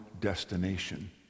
destination